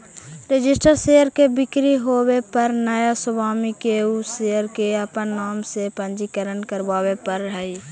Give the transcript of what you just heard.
registered share के बिक्री होवे पर नया स्वामी के उ शेयर के अपन नाम से पंजीकृत करवावे पड़ऽ हइ